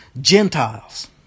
Gentiles